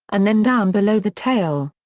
and then down below the tail.